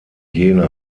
jena